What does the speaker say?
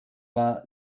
war